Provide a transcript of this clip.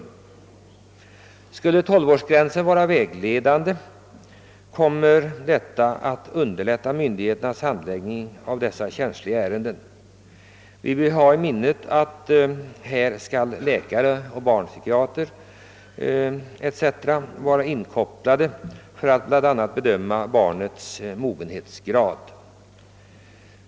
Skulle alltså tolvårsgränsen fastställas även i detta fall kommer myndigheternas handläggning av dessa känsliga ärenden att underlättas. Vi bör ha i minnet att läkare och barnpsykiater skall vara inkopplade för att bl.a. bedöma barnets mognadsgrad.